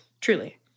Truly